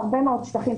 בוקר טוב לכולם.